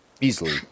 easily